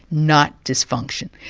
not dysfunction.